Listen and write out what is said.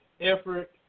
effort